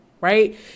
right